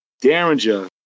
Derringer